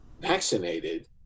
vaccinated